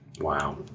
Wow